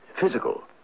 Physical